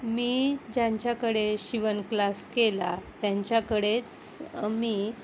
मी ज्यांच्याकडे शिवण क्लास केला त्यांच्याकडेच मी